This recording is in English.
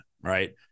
right